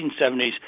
1970s